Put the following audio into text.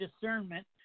discernment